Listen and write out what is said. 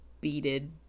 beaded